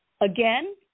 Again